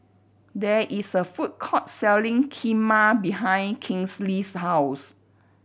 there is a food court selling Kheema behind Kinsley's house